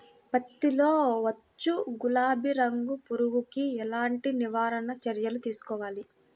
పత్తిలో వచ్చు గులాబీ రంగు పురుగుకి ఎలాంటి నివారణ చర్యలు తీసుకోవాలి?